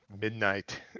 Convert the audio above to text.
midnight